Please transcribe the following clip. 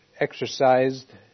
exercised